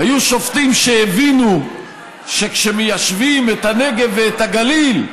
היו שופטים שהבינו שכשמיישבים את הנגב ואת הגליל,